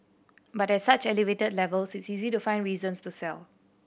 but at such elevated levels it's easy to find reasons to sell